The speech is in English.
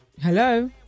Hello